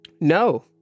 no